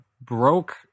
broke